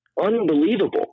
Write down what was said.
unbelievable